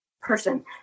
person